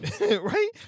right